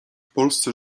polsce